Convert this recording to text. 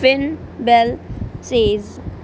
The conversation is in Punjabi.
Finn Bell says